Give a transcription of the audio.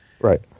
Right